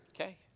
okay